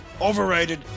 overrated